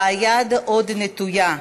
והיד עוד נטויה.